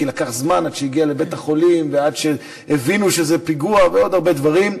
כי לקח זמן עד שהגיע לבית-החולים ועד שהבינו שזה פיגוע ועוד הרבה דברים.